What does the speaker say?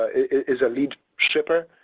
is, is a lead shipper.